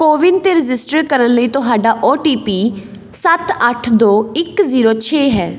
ਕੋਵਿਨ 'ਤੇ ਰਜਿਸਟਰ ਕਰਨ ਲਈ ਤੁਹਾਡਾ ਓ ਟੀ ਪੀ ਸੱਤ ਅੱਠ ਦੋ ਇੱਕ ਜ਼ੀਰੋ ਛੇ ਹੈ